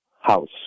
house